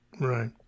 Right